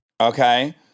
Okay